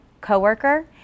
coworker